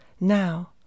Now